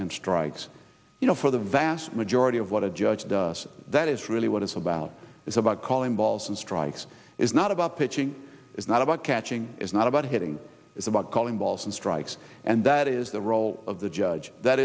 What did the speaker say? and strikes you know for the vast majority of what a judge does that is really what it's about it's about calling balls and strikes is not about pitching it's not about catching it's not about hitting it's about calling balls and strikes and that is the role of the judge that